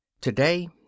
Today